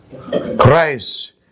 Christ